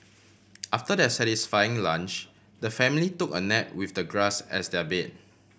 after their satisfying lunch the family took a nap with the grass as their bed